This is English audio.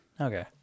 Okay